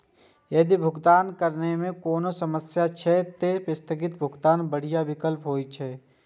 यदि भुगतान करै मे कोनो समस्या छै, ते स्थगित भुगतान बढ़िया विकल्प होइ छै